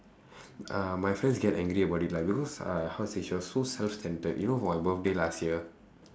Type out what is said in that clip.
ah my friends get angry about it like because uh how to say she was so self centered you know for my birthday last year